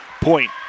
Point